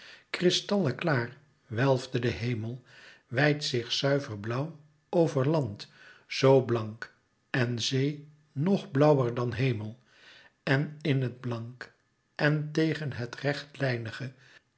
kristalleklaar welfde de hemel wijd zich zuiver blauw over land zoo blank en zee nog blauwer dan hemel en in het blank en tegen het